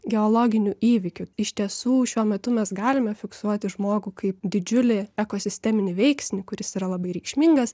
geologiniu įvykiu iš tiesų šiuo metu mes galime fiksuoti žmogų kaip didžiulį ekosisteminį veiksnį kuris yra labai reikšmingas